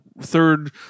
third